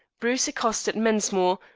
bruce accosted mensmore,